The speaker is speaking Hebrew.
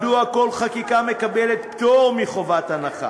מדוע כל חקיקה מקבלת פטור מחובת הנחה?